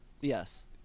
Yes